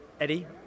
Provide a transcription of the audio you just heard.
Eddie